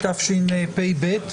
התשפ"ב.